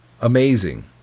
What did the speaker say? amazing